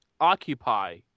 Occupy